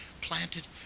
planted